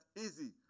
easy